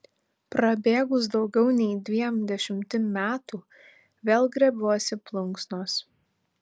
prabėgus daugiau nei dviem dešimtim metų vėl griebiuosi plunksnos